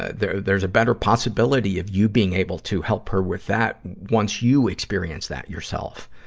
ah, there's, there's a better possibility of you being able to help her with that once you experience that yourself,